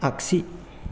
आगसि